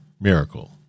miracle